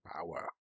power